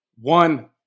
One